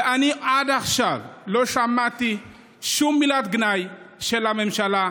ואני עד עכשיו לא שמעתי שום מילת גנאי של הממשלה,